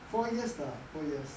four years lah four years